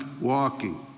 walking